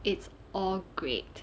it's all great